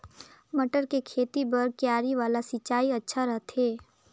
मटर के खेती बर क्यारी वाला सिंचाई अच्छा रथे?